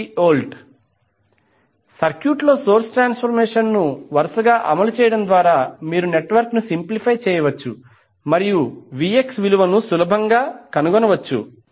519∠ 28°V సర్క్యూట్లో source transformation ను వరుసగా అమలు చేయడం ద్వారా మీరు నెట్వర్క్ను సింప్లిఫై చేయవచ్చు మరియుVx విలువను చాలా సులభంగా కనుగొనవచ్చు